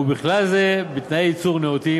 ובכלל זה בתנאי ייצור נאותים,